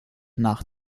nach